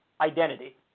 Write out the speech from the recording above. identity